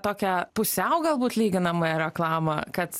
tokią pusiau galbūt lyginamąją reklamą kad